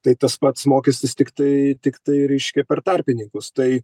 tai tas pats mokestis tiktai tiktai reiškia per tarpininkus tai